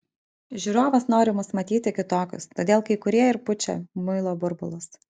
žiūrovas nori mus matyti kitokius todėl kai kurie ir pučia muilo burbulus